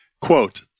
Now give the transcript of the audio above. Quote